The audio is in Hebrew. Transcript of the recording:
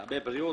מטעמי בריאות